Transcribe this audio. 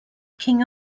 king